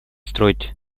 строить